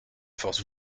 force